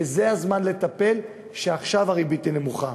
וזה הזמן לטפל בכך, עכשיו, כשהריבית נמוכה.